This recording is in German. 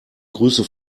grüße